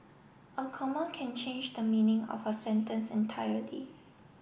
a comma can change the meaning of a sentence entirely